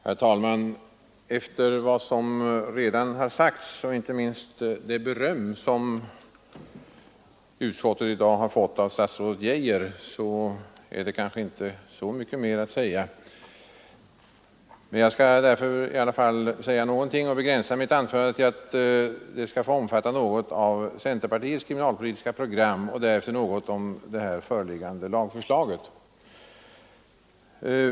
Herr talman! Efter vad som redan sagts — inte minst det beröm som utskottet i dag har fått av statsrådet Geijer — är det kanske inte så mycket mer att säga. Jag skall därför begränsa mitt anförande till att omfatta något om centerpartiets kriminalpolitiska program och därefter något om det föreliggande lagförslaget.